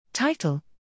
Title